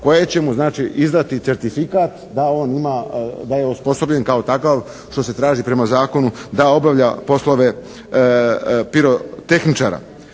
koje će mu znači, izdati certifikat da on ima, da je osposobljen kao takav što se traži prema zakonu da obavlja poslove pirotehničara.